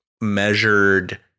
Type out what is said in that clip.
measured